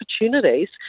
opportunities